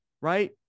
right